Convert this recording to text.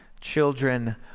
children